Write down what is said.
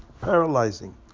paralyzing